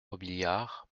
robiliard